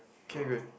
okay good